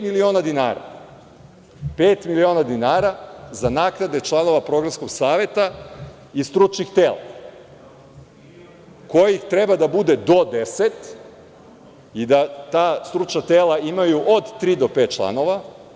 Zatim, pet miliona dinara za naknade članova Programskog saveta i stručnih tela, kojih treba da bude do deset i da ta stručna tela imaju od tri do pet članova.